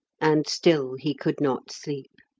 and still he could not sleep.